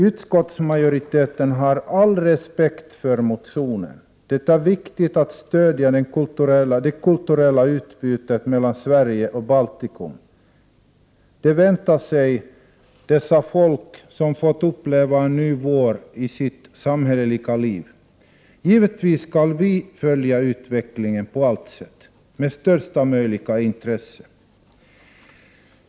Utskottsmajoriteten har all respekt för motionen. Det är viktigt att stödja det kulturella utbytet mellan Sverige och Baltikum. Det väntar sig dessa folk, som fått uppleva en ny vår i sitt samhälleliga liv. Givetvis skall vi följa utvecklingen på allt sätt med största möjliga intresse.